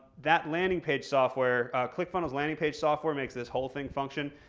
that landing page software, clickfunnels landing page software makes this whole thing function.